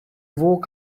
walk